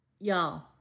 Y'all